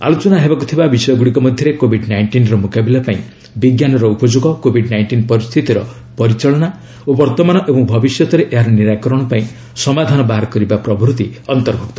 ଆଲୋଚନା ହେବାକୁ ଥିବା ବିଷୟଗୁଡ଼ିକ ମଧ୍ୟରେ କୋବିଡ୍ ନାଇଷ୍ଟିନ୍ର ମୁକାବିଲା ପାଇଁ ବିଜ୍ଞାନର ଉପଯୋଗ କୋବିଡ୍ ନାଇଷ୍ଟିନ୍ ପରିସ୍ଥିତିର ପରିଚାଳନା ଓ ବର୍ତ୍ତମାନ ଏବଂ ଭବିଷ୍ୟତରେ ଏହାର ନିରାକରଣ ପାଇଁ ସମାଧାନ ବାହାର କରିବା ପ୍ରଭୃତି ଅନ୍ତର୍ଭୁକ୍ତ